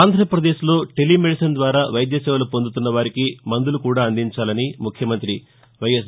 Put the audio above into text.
ఆంధ్రప్రదేశ్లో టెలిమెడిసిన్ ద్వారా వైద్య సేవలు పొందుతున్న వారికి మందులు కూడా అందించాలని ముఖ్యమంత్రి వైఎస్